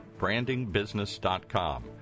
brandingbusiness.com